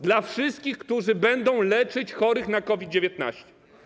Dla wszystkich, którzy będą leczyć chorych na COVID-19.